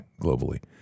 globally